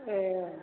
ए